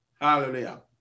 Hallelujah